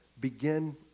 Begin